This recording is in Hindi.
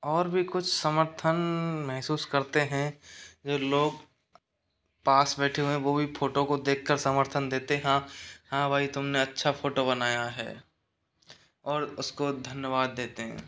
और भी कुछ समर्थन महसूस करते हैं जो लोग पास बैठे हुए हैं वो भी फोटो को देखकर समर्थन देते हैं हाँ भाई तुमने अच्छा फोटो बनाया है और उसको धन्यवाद देते हैं